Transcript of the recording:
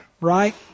right